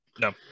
No